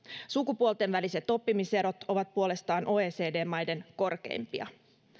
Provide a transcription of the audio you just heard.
sukupuolten väliset oppimiserot ovat puolestaan oecd maiden korkeimpia